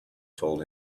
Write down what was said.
told